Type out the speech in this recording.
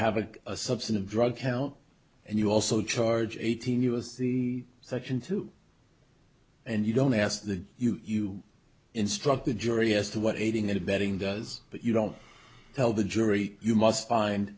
have an assumption of drug count and you also charge eighteen us c section two and you don't ask the you you instruct the jury as to what aiding and abetting does but you don't tell the jury you must find